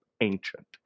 ancient